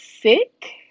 sick